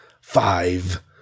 FIVE